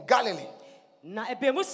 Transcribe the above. Galilee